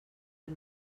del